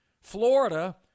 Florida